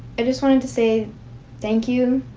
i just wanted to say thank you.